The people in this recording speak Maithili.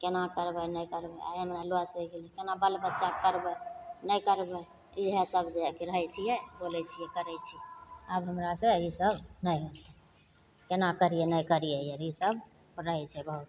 कोना करबै नहि करबै आइ हमरा लॉस होइ गेलै कोना बाल बच्चाके करबै नहि करबै इएहसब जाके रहै छिए बोलै छिए करै छिए आब हमरासे ईसब नहि होतै कोना करिए नहि करिए आओर ईसब रहै छै बहुत